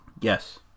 Yes